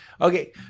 Okay